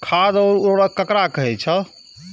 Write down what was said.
खाद और उर्वरक ककरा कहे छः?